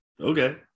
okay